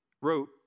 wrote